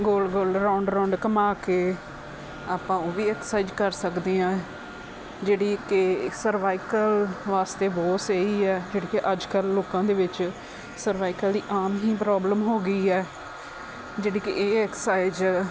ਗੋਲ ਗੋਲ round round ਘੁਮਾ ਕੇ ਆਪਾਂ ਉਹ ਵੀ ਐਕਸਾਈਜ਼ ਕਰ ਸਕਦੇ ਹਾਂ ਜਿਹੜੀ ਕਿ ਸਰਵਾਈਕਲ ਵਾਸਤੇ ਬਹੁਤ ਸਹੀ ਹੈ ਜਿਹੜੀ ਕਿ ਅੱਜ ਕੱਲ੍ਹ ਲੋਕਾਂ ਦੇ ਵਿੱਚ ਸਰਵਾਈਕਲ ਦੀ ਆਮ ਹੀ ਪ੍ਰੋਬਲਮ ਹੋ ਗਈ ਹੈ ਜਿਹੜੀ ਕਿ ਇਹ ਐਕਸਾਈਜ਼